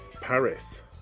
Paris